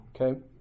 Okay